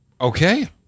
Okay